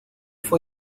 fue